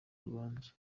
urubanza